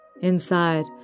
Inside